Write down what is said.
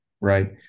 Right